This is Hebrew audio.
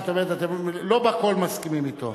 זאת אומרת, לא בכול אתם מסכימים אתו.